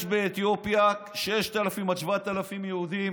יש באתיופיה 6,000 עד 7,000 יהודים